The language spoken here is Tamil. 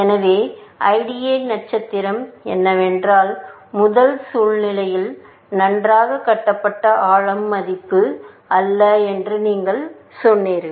எனவே IDA நட்சத்திரம் என்னவென்றால் முதல் சூழ்நிலையில் நன்றாக கட்டுப்பட்ட ஆழம் மதிப்பு அல்ல என்று நீங்கள் சொன்னீர்கள்